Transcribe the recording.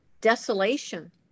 desolation